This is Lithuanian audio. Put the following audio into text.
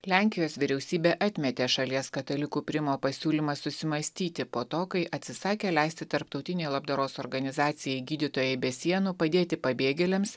lenkijos vyriausybė atmetė šalies katalikų primo pasiūlymą susimąstyti po to kai atsisakė leisti tarptautinei labdaros organizacijai gydytojai be sienų padėti pabėgėliams